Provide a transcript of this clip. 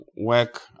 work